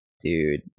Dude